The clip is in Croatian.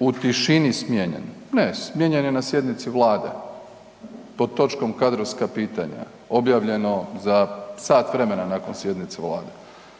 u tišini smijenjen, ne smijenjen je na sjednici Vlade, pod točkom kadrovska pitanja, objavljeno za sat vremena nakon sjednice Vlade.